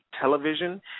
Television